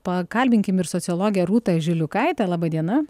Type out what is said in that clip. pakalbinkim ir sociologę rūtą žiliukaitę laba diena